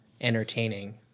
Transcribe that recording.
Entertaining